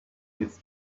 its